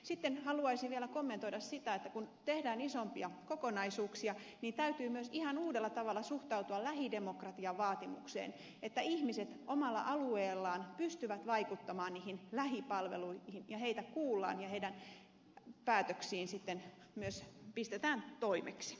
sitten haluaisin vielä kommentoida sitä että kun tehdään isompia kokonaisuuksia niin täytyy myös ihan uudella tavalla suhtautua lähidemokratian vaatimukseen että ihmiset omalla alueellaan pystyvät vaikuttamaan niihin lähipalveluihin ja heitä kuullaan ja heidän päätöksiään sitten myös pistetään toimeksi